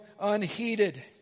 unheeded